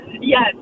Yes